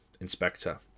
inspector